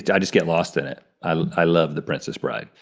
yeah i just get lost in it. i love the princess bride.